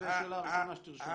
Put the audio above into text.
זו השאלה הראשונה שתרשום.